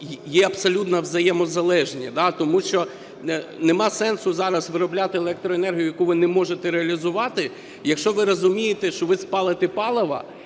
є абсолютно взаємозалежні. Тому що нема сенсу зараз виробляти електроенергію, яку ви не можете реалізувати, якщо ви розумієте, що ви спалите палива,